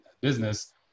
business